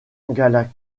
provenant